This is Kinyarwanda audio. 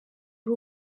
ari